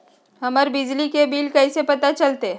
हमर बिजली के बिल कैसे पता चलतै?